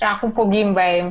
שאנחנו פוגעים בהם.